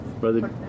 Brother